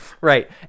Right